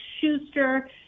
Schuster